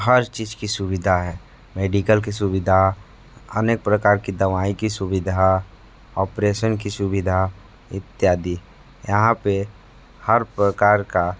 हर चीज़ की सुविधा है मेडिकल की सुविधा अन्य प्रकार की दवाई की सुविधा ऑपरेशन की सुविधा इत्यादि यहाँ पे हर प्रकार का